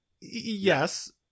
yes